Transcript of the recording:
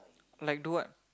like do what